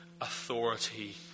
authority